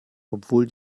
obwohl